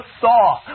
saw